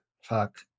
fuck